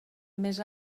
més